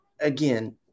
again